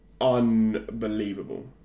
unbelievable